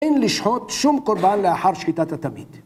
אין לשחוט שום קורבן לאחר שחיטת התמיד.